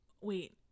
Wait